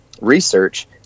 research